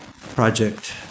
project